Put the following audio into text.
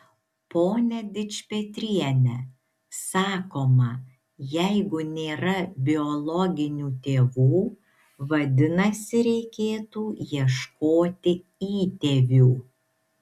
pone dičpetriene sakoma jeigu nėra biologinių tėvų vadinasi reikėtų ieškoti įtėvių